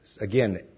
Again